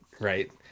right